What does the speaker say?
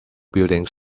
buildings